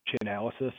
analysis